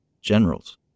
generals